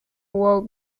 would